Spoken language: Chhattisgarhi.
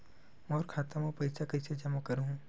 मोर खाता म पईसा कइसे जमा करहु?